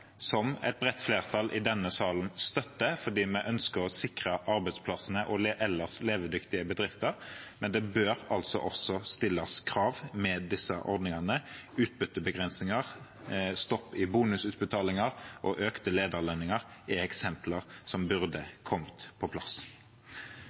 som et bredt flertall i denne salen støtter, fordi vi ønsker å sikre arbeidsplassene og ellers levedyktige bedrifter. Men det bør altså også stilles krav til disse ordningene: utbyttebegrensninger, stopp i bonusutbetalinger og økte lederlønninger er eksempler på det som burde